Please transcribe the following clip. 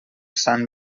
sant